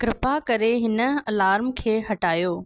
कृपा करे हिन अलार्म खे हटायो